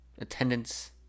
attendance